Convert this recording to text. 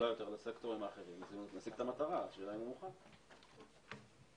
את ההערות שלהם לתוך תוכנית הלימודים.